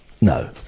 No